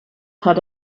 had